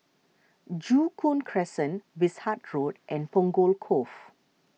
Joo Koon Crescent Wishart Road and Punggol Cove